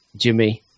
Jimmy